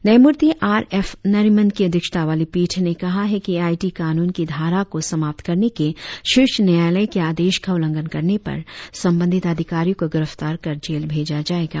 न्यायमूर्ति R F Nariman की अध्यक्षता वाली पीठ ने कहा है कि आई टी कानून की धारा को समाप्त करने के शीर्ष न्यायालय के आदेश का उल्लंघन करने पर संबंधित अधिकारियों को गिरफ्तार कर जेल भेजा जायेगा